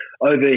over